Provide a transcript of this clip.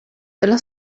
della